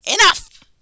Enough